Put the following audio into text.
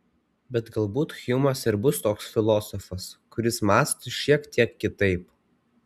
bet galbūt hjumas ir bus toks filosofas kuris mąsto šiek tiek kitaip